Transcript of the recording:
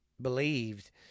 believed